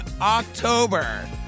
October